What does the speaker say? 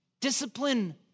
discipline